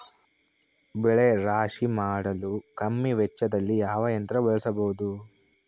ಬೆಳೆ ರಾಶಿ ಮಾಡಲು ಕಮ್ಮಿ ವೆಚ್ಚದಲ್ಲಿ ಯಾವ ಯಂತ್ರ ಬಳಸಬಹುದು?